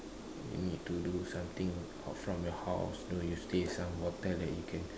you need to do something out from your house you stay some hotel that you can